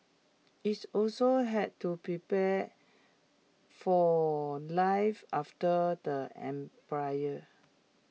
IT also had to prepare for life after the empire